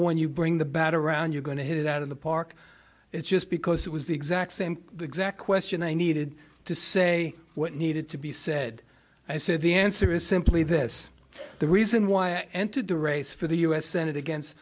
when you bring the bat around you're going to hit it out of the park just because it was the exact same exact question i needed to say what needed to be said i said the answer is simply this the reason why i entered the race for the u s senate against